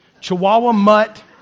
chihuahua-mutt